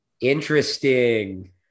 Interesting